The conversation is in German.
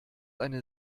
eine